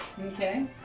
Okay